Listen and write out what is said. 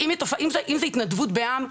אם זה התנדבות בעם,